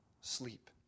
sleep